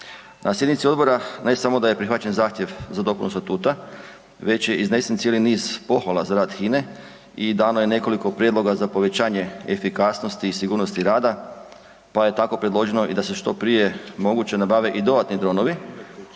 Na sjednici odbora, ne samo da je prihvaćen zahtjev za dopunu statuta, već je iznesen cijeli niz pohvala za rad HINA-e i dano je nekoliko prijedloga za povećanje efikasnosti i sigurnosti rada, pa je tako predloženo i da se što prije moguće nabave i dodatni dronovi